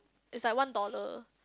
is like one dollar